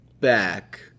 back